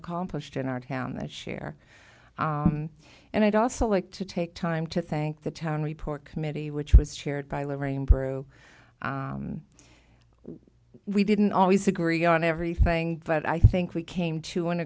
accomplished in our town that share and i'd also like to take time to thank the town report committee which was chaired by lorraine perot we didn't always agree on everything but i think we came to an